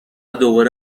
دوباره